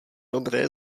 dobré